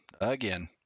again